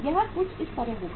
यह कुछ इस तरह होगा